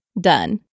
Done